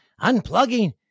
unplugging